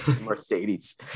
Mercedes